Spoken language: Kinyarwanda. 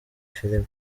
filimi